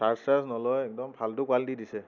charge charge নলয় একদম ফাল্টু কোৱালিটি দিছে